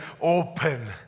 open